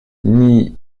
n’y